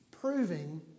proving